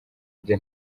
bye